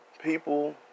People